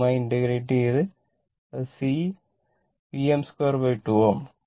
നിങ്ങൾ ഇതുമായി ഇന്റഗ്രേറ്റ് ചെയ്ത് അത് C Vm 22 ആവും